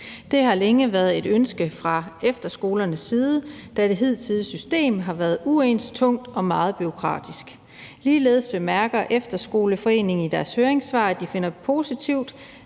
Det har længe været et ønske fra efterskolernes side, da det hidtidige system har været uens, tungt og meget bureaukratisk. Ligeledes bemærker Efterskoleforeningen i deres høringssvar, at de finder det positivt,